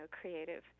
creative